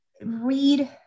read